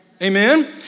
Amen